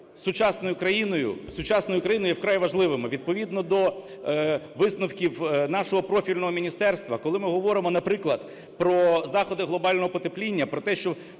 сучасною Україною, є вкрай важливими. Відповідно до висновків нашого профільного міністерства, коли ми говоримо, наприклад, про заходи глобального потепління, про те, що